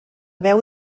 veu